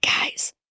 guys